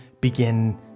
begin